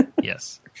Yes